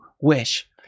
wish